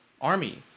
army